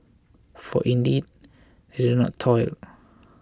for indeed they don't toil